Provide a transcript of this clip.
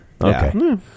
Okay